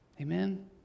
amen